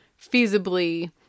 feasibly